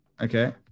Okay